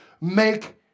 make